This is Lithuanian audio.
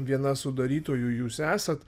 viena sudarytojų jūs esat